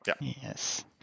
Yes